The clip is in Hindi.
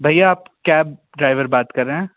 भैया आप कब ड्राइवर बात कर रहे हैं